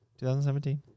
2017